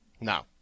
No